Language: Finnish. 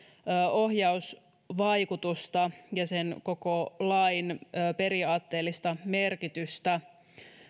ohjausvaikutusta ja sen koko lain periaatteellista merkitystä